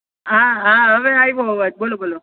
હા હા હવે આવ્યો અવાજ બોલો બોલો